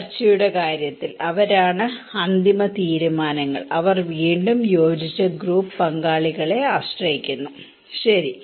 ചർച്ചയുടെ കാര്യത്തിൽ അതാണ് അന്തിമ തീരുമാനങ്ങൾ അവർ വീണ്ടും യോജിച്ച ഗ്രൂപ്പ് പങ്കാളികളെ ആശ്രയിക്കുന്നു ശരി